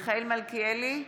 מיכאל מלכיאלי,